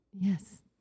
Yes